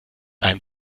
einem